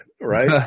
Right